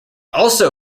also